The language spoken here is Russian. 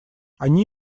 они